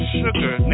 sugar